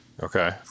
Okay